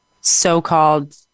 so-called